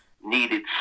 Needed